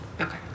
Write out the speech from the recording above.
Okay